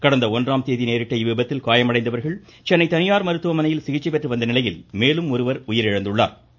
கடந்த ஒன்றாம் தேதி நேரிட்ட இவ்விபத்தில் காயமடைந்தவர்கள் சென்னை தனியார் மருத்துவமனையில் சிகிச்சை பெற்று வந்த நிலையில் மேலும் ஒருவர் உயிரிழந்துள்ளா்